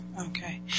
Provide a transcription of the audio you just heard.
okay